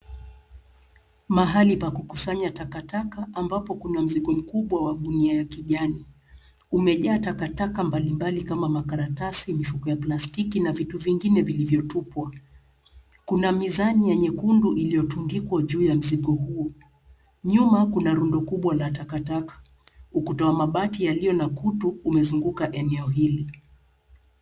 Mahali pa kukusanya takataka ambapo kuna mzigo mkubwa wa gunia ya kijani. Umejaa takataka mbalimbali kama makaratasi, mifuko ya plastiki na vitu vingine vilivyotupwa. Kuna mizani nyekundu iliyotundikwa juu ya mzigo huo. Nyuma kuna rundo kubwa la takataka. Ukuta wa mabati yaliyo na kutu umezunguka eneo hili.